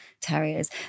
terriers